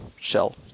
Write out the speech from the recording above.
shell